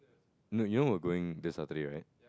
no you know we're going this Saturday right